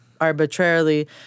arbitrarily